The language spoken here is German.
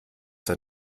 der